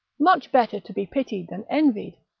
much better to be pitied than envied.